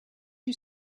you